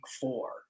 four